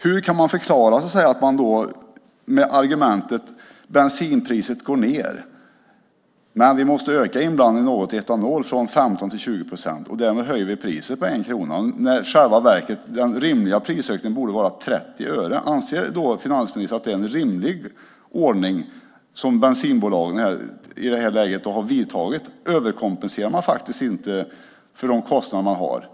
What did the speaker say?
Hur kan man förklara att ökningen av bensininblandningen i etanol från 15 procent till 20 procent höjer priset på etanol med 1 krona när bensinpriset går ned? Den rimliga prisökningen borde i själva verket vara 30 öre. Anser finansministern att det är rimligt av bensinbolagen? Överkompenserar man inte för kostnader man har?